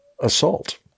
assault